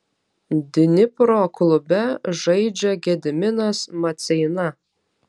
dnipro klube žaidžia gediminas maceina